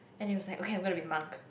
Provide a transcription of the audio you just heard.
and you was like okay where to be marked